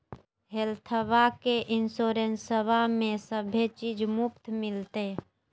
हेल्थबा के इंसोरेंसबा में सभे चीज मुफ्त मिलते?